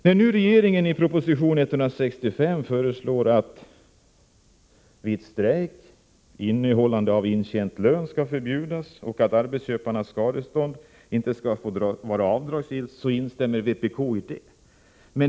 Vpk instämmer i proposition 165, där regeringen föreslår att innehållande av intjänad lön vid strejk skall förbjudas och att arbetsköparnas skadestånd inte skall vara avdragsgillt.